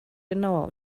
genauer